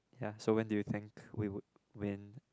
ya so when do you think we would win